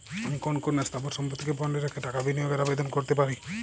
আমি কোন কোন স্থাবর সম্পত্তিকে বন্ডে রেখে টাকা বিনিয়োগের আবেদন করতে পারি?